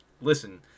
Listen